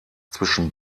zwischen